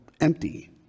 empty